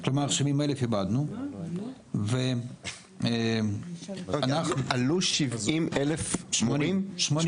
כלומר 70 אלף איבדנו ואנחנו --- עלו 80 אלף מורים?